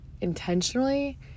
intentionally